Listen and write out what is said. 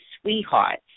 sweetheart